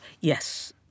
Yes